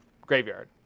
Graveyard